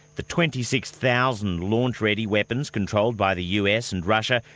the twenty six thousand launch-ready weapons controlled by the us and russia,